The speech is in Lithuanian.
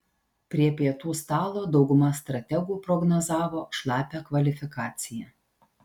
prie pietų stalo dauguma strategų prognozavo šlapią kvalifikaciją